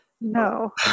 No